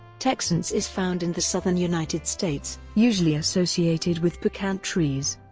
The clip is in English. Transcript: texense is found in the southern united states, usually associated with pecan trees.